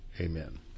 amen